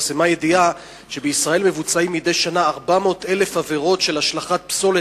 התפרסמה ידיעה שבישראל מבוצעות מדי שנה 400,000 עבירות של השלכת פסולת,